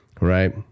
right